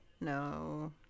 No